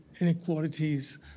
inequalities